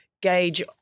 gauge